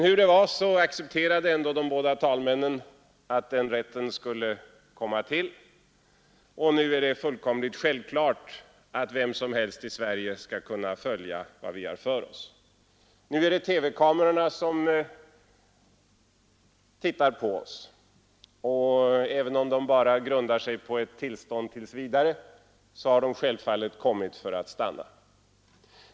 Hur det var accepterade ändå de båda talmännen att den rätten skulle komma till, och nu är det fullkomligt självklart att vem som helst i Sverige skall kunna följa vad vi har för oss. Nu är det TV-kamerorna som tittar på oss, och även om deras närvaro bara grundar sig på ett tillstånd tills vidare har de självfallet kommit för att stanna.